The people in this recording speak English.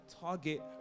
target